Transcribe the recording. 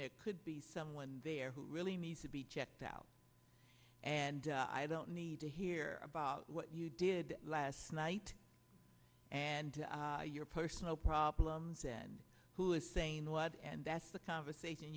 there could be someone there who really needs to be checked out and i don't need to hear about what you did last night and your personal problems and who is saying what and that's the conversation